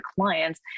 clients